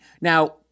Now